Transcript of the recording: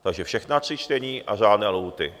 Takže všechna tři čtení a řádné lhůty.